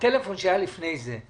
הטלפון שהיה לפני זה,